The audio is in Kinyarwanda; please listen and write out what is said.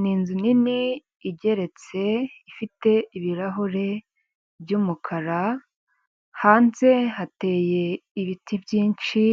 Ni inzu nini igeretse ifite ibirahure by'umukara, hanze hateye ibiti byinshi